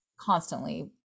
constantly